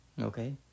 Okay